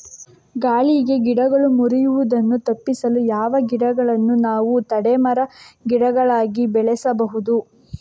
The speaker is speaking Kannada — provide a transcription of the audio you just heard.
ಗಾಳಿಗೆ ಗಿಡಗಳು ಮುರಿಯುದನ್ನು ತಪಿಸಲು ಯಾವ ಗಿಡಗಳನ್ನು ನಾವು ತಡೆ ಮರ, ಗಿಡಗಳಾಗಿ ಬೆಳಸಬಹುದು?